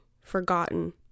forgotten